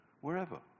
wherever